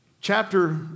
Chapter